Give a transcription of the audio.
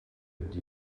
die